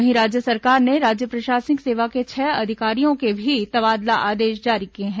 वहीं राज्य सरकार ने राज्य प्रशासनिक सेवा के छह अधिकारियों के भी तबादला आदेश जारी किए हैं